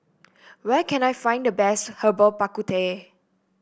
where can I find the best Herbal Bak Ku Teh